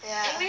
ya